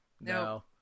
no